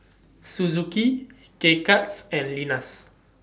Suzuki K Cuts and Lenas